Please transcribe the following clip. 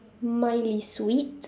mildly sweet